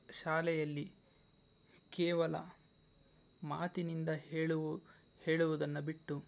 ಶಾಲೆಯಲ್ಲಿ ಕೇವಲ ಮಾತಿನಿಂದ ಹೇಳು ಹೇಳುವುದನ್ನು ಬಿಟ್ಟು